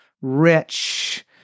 rich